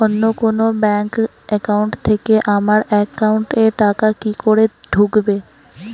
অন্য কোনো bank account থেকে আমার একাউন্ট এ টাকা কি করে ঢুকবে?